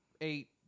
eight